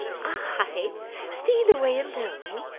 i steal away alone!